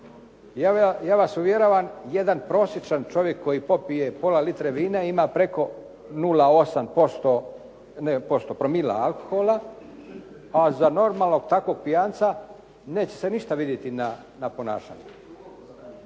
Ja vas uvjeravan, jedan prosječan čovjek koji popije pola litre vina ima preko 0,8 promila alkohola, a za normalnog takvog pijanca neće se ništa vidjeti na ponašanju.